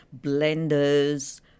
blenders